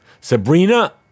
Sabrina